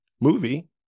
movie